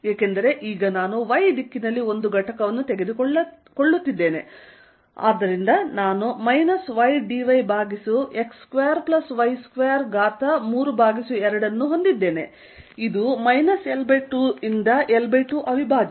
ಏಕೆಂದರೆ ಈಗ ನಾನು y ದಿಕ್ಕಿನಲ್ಲಿ ಒಂದು ಘಟಕವನ್ನು ತೆಗೆದುಕೊಳ್ಳುತ್ತಿದ್ದೇನೆ ಆದ್ದರಿಂದ ನಾನು ydy ಭಾಗಿಸು x2y232 ಅನ್ನು ಹೊಂದಿದ್ದೇನೆ ಮತ್ತು ಇದು L2 ರಿಂದ L2 ಅವಿಭಾಜ್ಯ